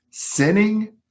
sinning